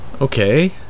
Okay